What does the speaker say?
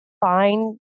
find